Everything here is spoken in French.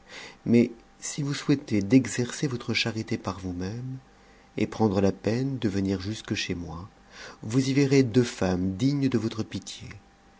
mais si vous souhaitez d'exercer votre charité par vous-même et prendre la peine de venir jusque chez moi vous y verrez deux femmes dignes de votre pitié